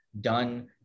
done